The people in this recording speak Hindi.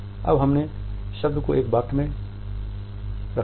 अब हमने शब्द को एक वाक्य में रखा है